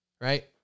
Right